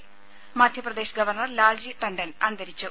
ത മധ്യപ്രദേശ് ഗവർണർ ലാൽജി ടണ്ഠൻ അന്തരിച്ചു